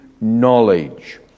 knowledge